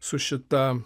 su šita